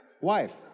wife